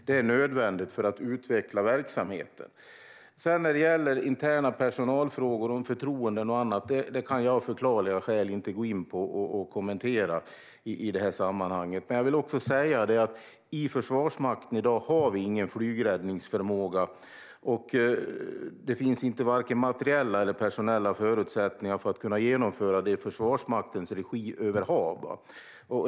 Det är nödvändigt för att utveckla verksamheten. Jag kan av förklarliga skäl inte gå in på och kommentera interna personalfrågor, förtroenden och så vidare, men i Försvarsmakten finns i dag inte någon flygräddningsförmåga. Det finns inte vare sig materiella eller personella förutsättningar att genomföra sådant över hav i Försvarsmaktens regi.